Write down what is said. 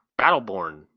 Battleborn